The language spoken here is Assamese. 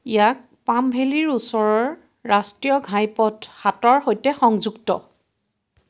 ইয়াক পাম ভেলীৰ ওচৰৰ ৰাষ্ট্ৰীয় ঘাইপথ সাতৰ সৈতে সংযুক্ত